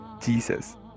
Jesus